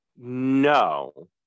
no